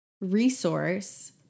resource